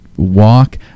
walk